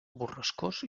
borrascós